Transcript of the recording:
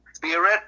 spirit